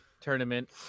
tournament